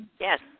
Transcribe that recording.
Yes